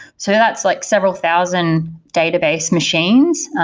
so that's like several thousand database machines,